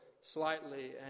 slightly